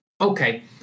Okay